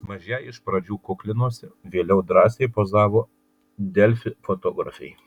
mažieji iš pradžių kuklinosi vėliau drąsiai pozavo delfi fotografei